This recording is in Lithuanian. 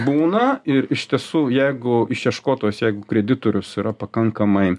būna ir iš tiesų jeigu išieškotojas jeigu kreditorius yra pakankamai